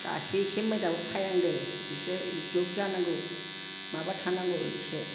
दासो एसे मोजाङाव फायहांदो इसोर ज' जानांगौ माबा थानांगौ इसे